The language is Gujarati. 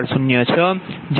1194 j0